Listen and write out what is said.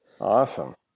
awesome